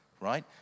right